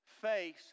face